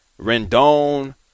Rendon